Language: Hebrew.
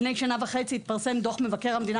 לפני שנה וחצי התפרסם דוח מבקר המדינה